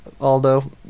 Aldo